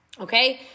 okay